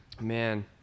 man